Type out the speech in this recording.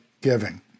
giving